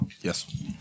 Yes